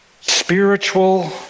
Spiritual